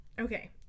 Okay